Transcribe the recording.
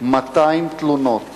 200 תלונות